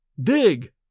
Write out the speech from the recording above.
Dig